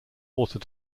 water